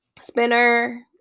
Spinner